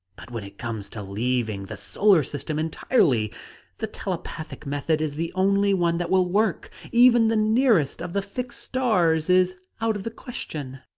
but when it comes to leaving the solar system entirely the telepathic method is the only one that will work even the nearest of the fixed stars is out of the question.